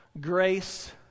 grace